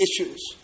issues